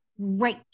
great